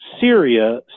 Syria